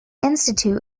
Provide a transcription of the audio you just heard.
institute